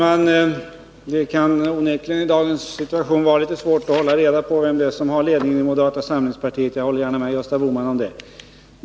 Fru talman! Det kan i dagens situation onekligen vara litet svårt att hålla reda på vem som har ledningen i moderata samlingspartiet. Jag håller gärna med Gösta Bohman om det.